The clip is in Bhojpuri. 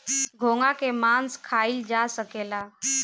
घोंघा के मास खाइल जा सकेला